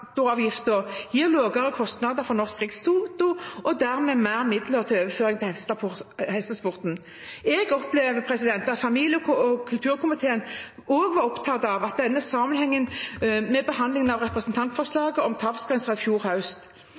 gir lavere kostnader for Norsk Rikstoto og dermed mer midler å overføre til hestesporten. Jeg opplever at familie- og kulturkomiteen også var opptatt av denne sammenhengen ved behandlingen av representantforslaget om tapsgrenser i fjor høst.